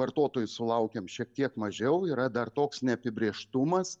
vartotojų sulaukiam šiek tiek mažiau yra dar toks neapibrėžtumas